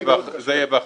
זה יהיה באחריותי.